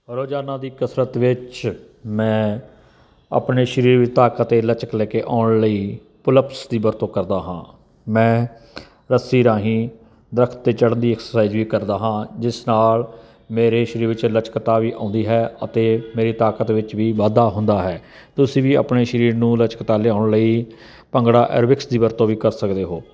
ਰੋਜ਼ਾਨਾ ਦੀ ਕਸਰਤ ਵਿੱਚ ਮੈਂ ਆਪਣੇ ਸਰੀਰ ਵਿੱਚ ਤਾਕਤ ਅਤੇ ਲਚਕ ਲੈ ਕੇ ਆਉਣ ਲਈ ਪੁਲਪਸ ਦੀ ਵਰਤੋਂ ਕਰਦਾ ਹਾਂ ਮੈਂ ਰੱਸੀ ਰਾਹੀਂ ਦਰੱਖਤ 'ਤੇ ਚੜਦੀ ਐਕਸਰਸਾਈਜ਼ ਵੀ ਕਰਦਾ ਹਾਂ ਜਿਸ ਨਾਲ ਮੇਰੇ ਸਰੀਰ ਵਿੱਚ ਲਚਕਤਾ ਵੀ ਆਉਂਦੀ ਹੈ ਅਤੇ ਮੇਰੀ ਤਾਕਤ ਵਿੱਚ ਵੀ ਵਾਧਾ ਹੁੰਦਾ ਹੈ ਤੁਸੀਂ ਵੀ ਆਪਣੇ ਸਰੀਰ ਨੂੰ ਲਚਕਤਾ ਲਿਆਉਣ ਲਈ ਭੰਗੜਾ ਐਰੋਬਿਕਸ ਦੀ ਵਰਤੋਂ ਵੀ ਕਰ ਸਕਦੇ ਹੋ